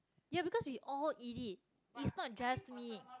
ya because we all eat it it's not just me